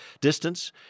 distance